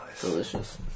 delicious